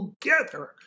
together